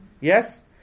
Yes